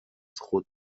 خود